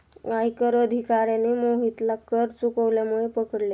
आयकर अधिकाऱ्याने मोहितला कर चुकवल्यामुळे पकडले